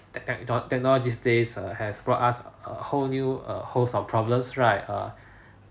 tech~ technology these days uh has brought us a whole new uh whole of problems right err